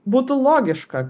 būtų logiška